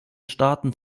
staaten